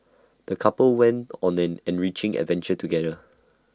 the couple went on an enriching adventure together